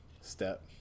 Step